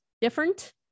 different